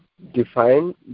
Define